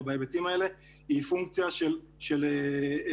בהיבטים האלה היא פונקציה של היערכות,